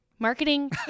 Marketing